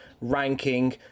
ranking